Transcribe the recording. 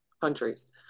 countries